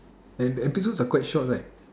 like the episodes are quite short right